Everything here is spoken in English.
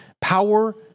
power